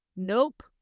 Nope